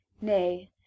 nay